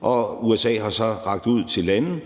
Og USA har så rakt ud til lande